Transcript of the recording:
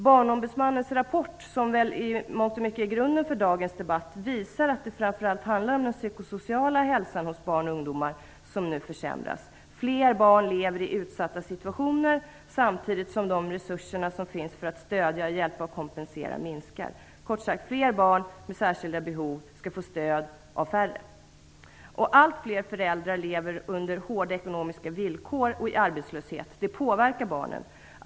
Barnombudsmannens rapport, som väl i mångt och mycket är grunden för dagens debatt, visar att det framför allt handlar om att den psykosociala hälsan hos barn och ungdomar nu försämras. Fler barn lever i utsatta situationer samtidigt som de resurser som finns för att stödja, hjälpa och kompensera minskar. Kort sagt: Fler barn med särskilda behov skall få stöd av färre. Allt fler föräldrar lever under hårda ekonomiska villkor och i arbetslöshet. Det påverkar barnen.